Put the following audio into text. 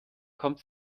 kommt